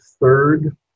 third